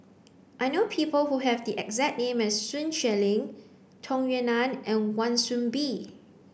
I know people who have the exact name as Sun Xueling Tung Yue Nang and Wan Soon Bee